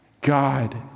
God